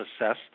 assessed